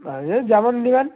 তাহলে যেমন নিবেন